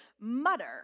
mutter